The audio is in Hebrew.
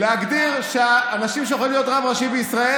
להגדיר שהאנשים שיכולים להיות רב ראשי בישראל